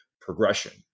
progression